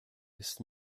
ist